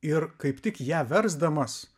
ir kaip tik ją versdamas